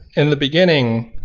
in the beginning,